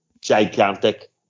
gigantic